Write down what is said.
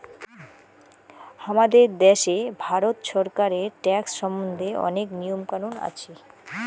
হামাদের দ্যাশে ভারত ছরকারের ট্যাক্স সম্বন্ধে অনেক নিয়ম কানুন আছি